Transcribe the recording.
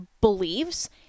believes